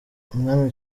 umwami